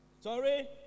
Sorry